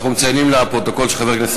אנחנו מציינים לפרוטוקול שחבר הכנסת